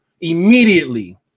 immediately